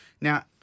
Now